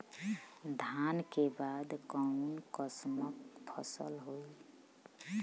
धान के बाद कऊन कसमक फसल होई?